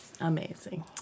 Amazing